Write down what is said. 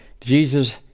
Jesus